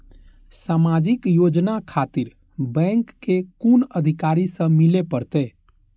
समाजिक योजना खातिर बैंक के कुन अधिकारी स मिले परतें?